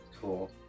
Cool